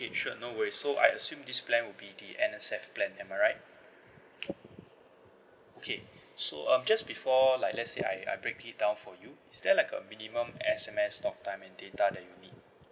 okay sure no worries so I assume this plan will be the N_S_F plan am I right okay so um just before like let's say I I break it down for you is there like a minimum S_M_S talk time and data that you need